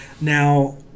Now